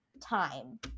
time